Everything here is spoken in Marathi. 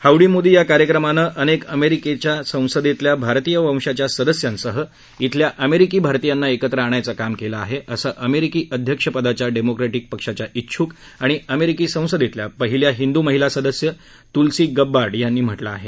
हाऊडी मोदी या कार्यक्रमानं अनेक अमेरिकेच्या संसदेतल्या भारतीय वंशाच्या सदस्यांसह इथल्या अमेरिकी भारतीयांना एकत्र आणायचं काम केलं आहे असं अमेरिकी अध्यक्ष पदाच्या डेमोक्रेटिक पक्षाच्या इच्छूक आणि अमेरिकी संसदेतल्या पहिल्या हिंदू महिला सदस्य तुलसी गब्बार्ड यांनी म्हटलं आहे